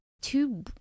Two